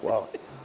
Hvala.